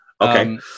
Okay